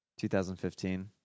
2015